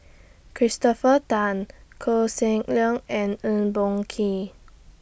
Christopher Tan Koh Seng Leong and Eng Boh Kee